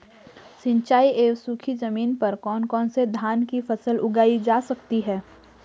सिंचाई एवं सूखी जमीन पर कौन कौन से धान की फसल उगाई जा सकती है?